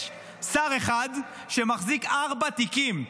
יש שר אחד שמחזיק ארבעה תיקים.